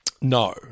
No